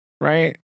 right